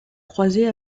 croiser